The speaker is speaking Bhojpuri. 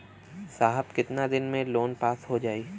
साहब कितना दिन में लोन पास हो जाई?